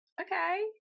Okay